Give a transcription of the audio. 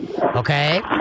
Okay